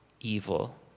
evil